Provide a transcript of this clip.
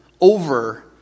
over